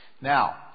Now